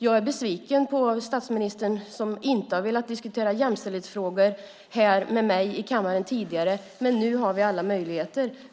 Jag är besviken på statsministern som inte har velat diskutera jämställdhetsfrågor här med mig i kammaren tidigare. Nu har vi alla möjligheter.